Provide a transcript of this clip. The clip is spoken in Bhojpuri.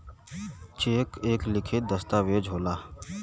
चेक एक लिखित दस्तावेज होला